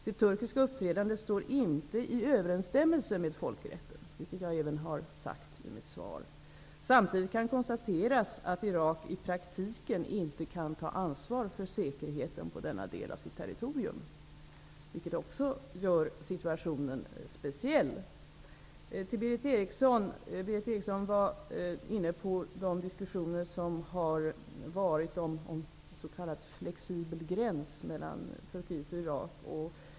Det turkiska uppträdandet står inte i överensstämmelse med folkrätten, vilket jag även har sagt i mitt svar. Samtidigt kan konstateras att Irak i praktiken inte kan ta ansvar för säkerheten i denna del av sitt territorium, viket också gör situationen speciell. Berith Eriksson var inne på de diskussioner som har förts om s.k. flexibel gräns mellan Turkiet och Irak.